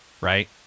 Right